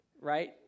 right